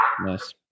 Nice